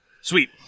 Sweet